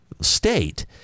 state